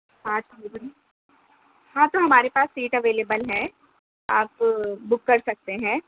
سات ہاں تو ہمارے پاس سیٹ اویلیبل ہیں آپ بک کر سکتے ہیں